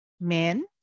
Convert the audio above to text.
men